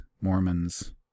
Mormons